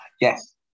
Yes